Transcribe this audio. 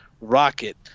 rocket